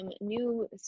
new